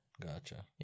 Gotcha